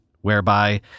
whereby